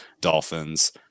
dolphins